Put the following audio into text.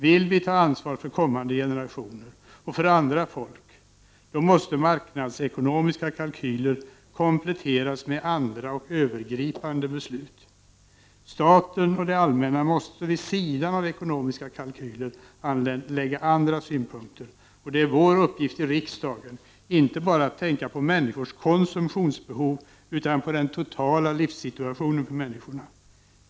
Vill vi ta ansvar för kommande generationer och andra folk, måste de marknadsekonomiska kalkylerna kompletteras med andra och övergripande beslut. Staten och det allmänna måste vid sidan av ekonomiska kalkyler anlägga andra synpunkter. Det är vår uppgift i riksdagen att tänka inte bara på människors konsumtionsbehov utan på den totala livssituationen för människorna.